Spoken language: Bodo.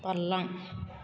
बारलां